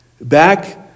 Back